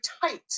tight